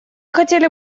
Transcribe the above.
хотели